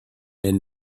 and